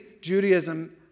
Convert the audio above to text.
Judaism